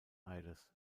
aires